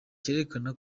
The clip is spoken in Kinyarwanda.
cyerekana